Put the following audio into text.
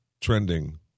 Trending